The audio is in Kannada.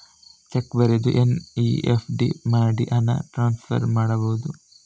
ಚೆಕ್ ಬರೆದು ಎನ್.ಇ.ಎಫ್.ಟಿ ಮಾಡಿ ಹಣ ಟ್ರಾನ್ಸ್ಫರ್ ಮಾಡಬಹುದು?